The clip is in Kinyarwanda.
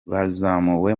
bazamuwe